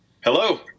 Hello